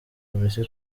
polisi